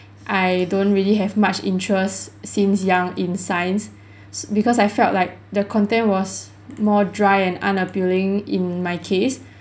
I don't really have much interest since young in science because I felt like the content was more dry and unappealing in my case